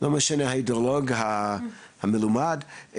ההידרולוג המלומד.